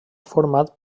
format